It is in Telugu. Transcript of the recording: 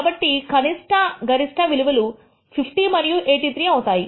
కాబట్టి కనిష్ట గరిష్ట విలువలు 50 మరియు 83 అవుతాయి